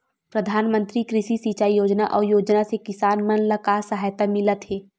प्रधान मंतरी कृषि सिंचाई योजना अउ योजना से किसान मन ला का सहायता मिलत हे?